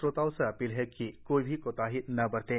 श्रोताओं से अपील है कि कोई भी कोताही न बरतें